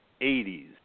80s